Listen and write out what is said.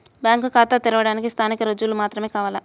Bank ఖాతా తెరవడానికి స్థానిక రుజువులు మాత్రమే కావాలా?